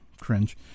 cringe